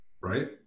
Right